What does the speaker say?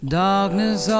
darkness